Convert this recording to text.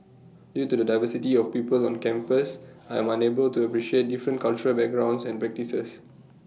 due to the diversity of people on campus I am unable to appreciate different cultural backgrounds and practices